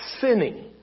sinning